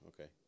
Okay